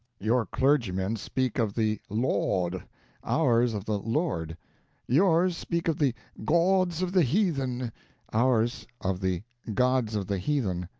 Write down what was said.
your clergymen speak of the lawd ours of the lord yours speak of the gawds of the heathen ours of the gods of the heathen